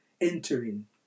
entering